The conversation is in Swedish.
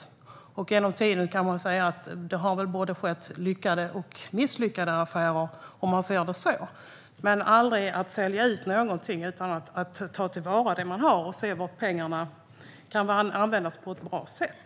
Det har genom tiderna skett både lyckade och misslyckade affärer, om man ser det på det sättet. Men man ska aldrig bara sälja ut något. Det handlar om att man ska ta vara på det man har och se var pengarna kan användas på ett bra sätt.